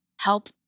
help